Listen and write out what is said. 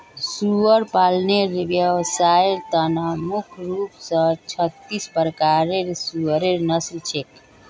सुअर पालनेर व्यवसायर त न मुख्य रूप स छत्तीस प्रकारेर सुअरेर नस्ल छेक